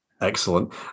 Excellent